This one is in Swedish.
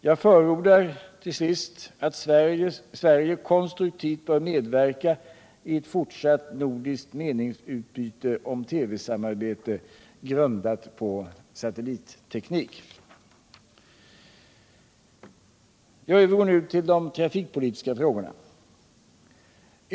Jag förordar till sist att Sverige konstruktivt medverkar i ett fortsatt nordiskt meningsutbyte om TV-samarbete grundat på satellitteknik. Jag övergår nu till de trafikpolitiska frågorna.